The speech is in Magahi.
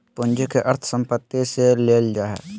पूंजी के अर्थ संपत्ति से लेल जा हइ